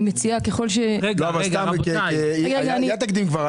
כבר היה תקדים.